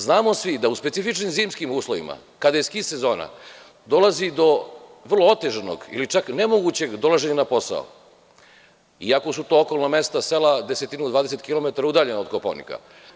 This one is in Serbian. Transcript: Znamo svi, da su specifičnim zimskim uslovima, kada je ski sezona dolazi do vrlo otežanog ili čak nemogućeg dolaženja na posao, iako su to okolna mesta sela desetinu, 20 kilometara udaljeni od Kopaonika.